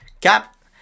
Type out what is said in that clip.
Cap